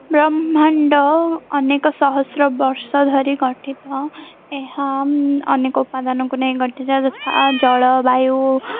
ବ୍ରହ୍ମାଣ୍ଡ ଅନେକ ସହସ୍ର ବର୍ଷ ଧରି ଗଠିତ ଏହା ଅନେକ ଉପାଦାନକୁ ନେଇ ଗଠିତ ଯଥା ଜଳବାୟୁ